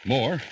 More